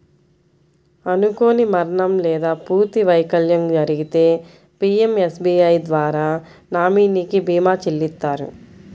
అనుకోని మరణం లేదా పూర్తి వైకల్యం జరిగితే పీయంఎస్బీఐ ద్వారా నామినీకి భీమాని చెల్లిత్తారు